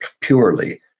purely